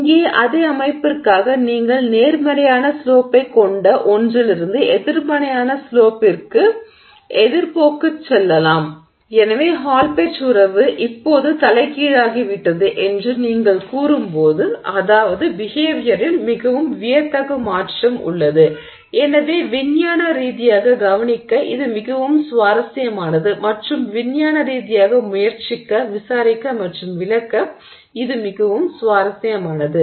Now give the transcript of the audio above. இங்கே அதே அமைப்பிற்காக நீங்கள் நேர்மறையான ஸ்லோப்பைக் கொண்ட ஒன்றிலிருந்து எதிர்மறையான ஸ்லோப்பிற்கு எதிர் போக்குக்குச் செல்லலாம் எனவே ஹால் பெட்ச் உறவு இப்போது தலைகீழாகிவிட்டது என்று நீங்கள் கூறும்போது அதாவது பிஹேவியரில் மிகவும் வியத்தகு மாற்றம் உள்ளது எனவே விஞ்ஞான ரீதியாக கவனிக்க இது மிகவும் சுவாரஸ்யமானது மற்றும் விஞ்ஞான ரீதியாக முயற்சிக்க விசாரிக்க மற்றும் விளக்க இது மிகவும் சுவாரஸ்யமானது